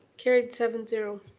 carried seven zero.